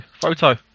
Photo